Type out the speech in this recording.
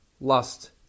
lust